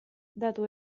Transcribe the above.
datu